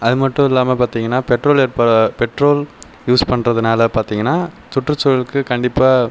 அது மட்டும் இல்லாமல் பார்த்தீங்கன்னா பெட்ரோல் இப்போ பெட்ரோல் யூஸ் பண்ணுறதுனால பார்த்தீங்கன்னா சுற்றுச்சூழலுக்கு கண்டிப்பாக